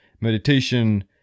Meditation